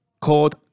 called